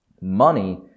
Money